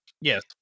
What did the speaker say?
yes